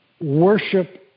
worship